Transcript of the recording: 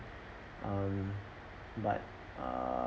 um but err